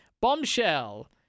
Bombshell